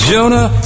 Jonah